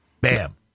Bam